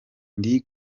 ndi